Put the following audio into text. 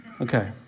Okay